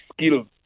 skills